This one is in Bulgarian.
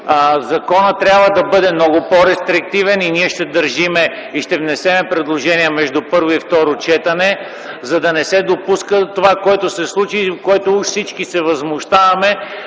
Законът трябва да бъде много по-рестриктивен и ние ще държим и ще внесем предложение между първо и второ четене, за да не се допуска това, което се случи и уж всички се възмущаваме,